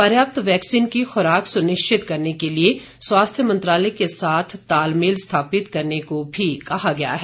पर्याप्त वैक्सीन की खुराक सुनिश्चित करने के लिए स्वास्थ्य मंत्रालय के साथ तालमेल स्थापित करने को भी कहा गया है